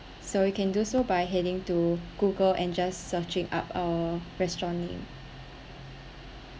so you can do so by heading to google and just searching up our restaurant name